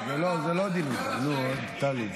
זה לא הדיון, נו, טלי.